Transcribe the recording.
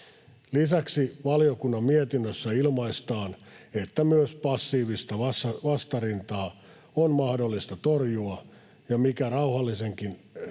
Lisäksi valiokunnan mietinnössä ilmaistaan, että myös passiivista vastarintaa on mahdollista torjua ja rauhallisenkin